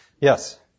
Yes